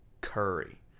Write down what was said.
Curry